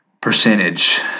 percentage